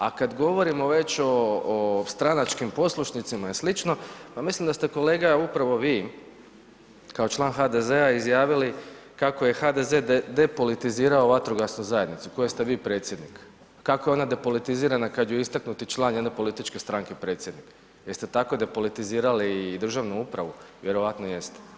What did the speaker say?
A kad govorimo već o stranačkim poslušnicima i slično, pa mislim da ste kolega upravo vi, kao član HDZ-a izjavili kako je HDZ depolitizirao vatrogasnu zajednicu koje ste vi predsjednik, kako je ona depolitizirana kad je istaknuti član jedne političke stranke predsjednik, jeste tako depolitizirali i državnu upravu, vjerojatno jeste.